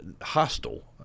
hostile